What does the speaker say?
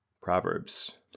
Proverbs